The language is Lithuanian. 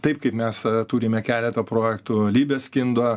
taip kaip mes turime keletą projektų libeskindo